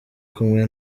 kumwe